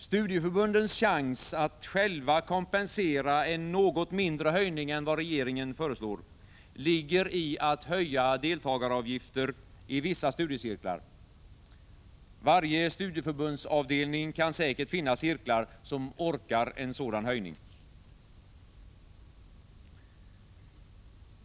Studieförbundens chans att själva kompensera en något mindre höjning än vad regeringen föreslår ligger i att höja deltagaravgifterna i vissa studiecirklar. Varje studieförbundsavdelning kan säkert finna cirklar som ”orkar” en sådan höjning.